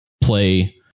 play